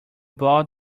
ball